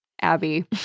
Abby